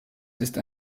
ist